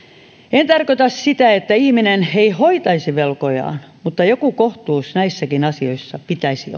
en tarkoita sitä että ihminen ei hoitaisi velkojaan mutta joku kohtuus näissäkin asioissa pitäisi